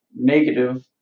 negative